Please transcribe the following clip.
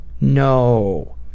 No